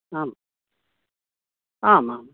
आम् आम् आम्